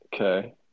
Okay